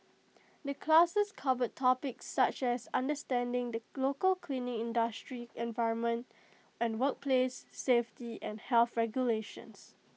the classes cover topics such as understanding the local cleaning industry environment and workplace safety and health regulations